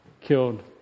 killed